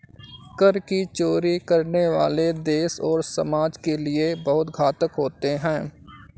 कर की चोरी करने वाले देश और समाज के लिए बहुत घातक होते हैं